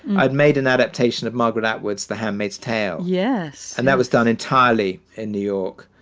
i'd made an adaptation of margaret atwood the handmaid's tale. yes. and that was done entirely in new york.